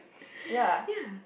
yeah